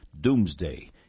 Doomsday